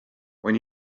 when